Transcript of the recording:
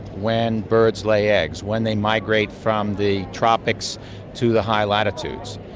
when birds lay eggs, when they migrate from the tropics to the high latitudes?